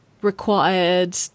required